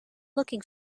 looking